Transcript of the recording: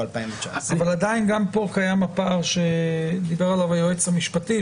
2019. אבל עדין גם פה קיים הפער שדיבר עליו היועץ המשפטי,